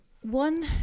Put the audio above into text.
one